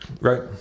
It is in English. Right